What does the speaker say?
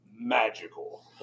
magical